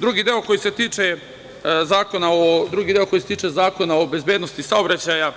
Drugi deo koji se tiče Zakona o bezbednosti saobraćaja,